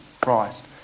Christ